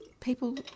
People